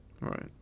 Right